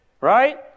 Right